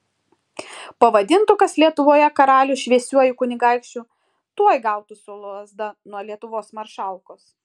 pavadintų kas lietuvoje karalių šviesiuoju kunigaikščiu tuoj gautų su lazda nuo lietuvos maršalkos